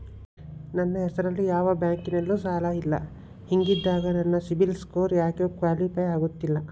ನನ್ನ ಹೆಸರಲ್ಲಿ ಯಾವ ಬ್ಯಾಂಕಿನಲ್ಲೂ ಸಾಲ ಇಲ್ಲ ಹಿಂಗಿದ್ದಾಗ ನನ್ನ ಸಿಬಿಲ್ ಸ್ಕೋರ್ ಯಾಕೆ ಕ್ವಾಲಿಫೈ ಆಗುತ್ತಿಲ್ಲ?